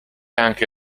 anche